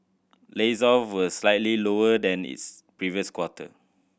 were slightly lower than its previous quarter